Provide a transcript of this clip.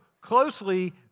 closely